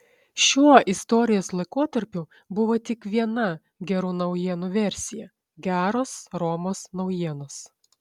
šiuo istorijos laikotarpiu buvo tik viena gerų naujienų versija geros romos naujienos